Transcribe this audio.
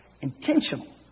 Intentional